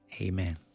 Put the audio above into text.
Amen